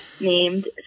named